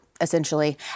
Essentially